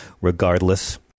regardless